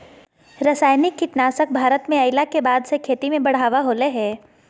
रासायनिक कीटनासक भारत में अइला के बाद से खेती में बढ़ावा होलय हें